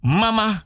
mama